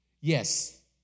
Yes